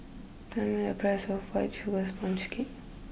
tell me a price of White Sugar Sponge Cake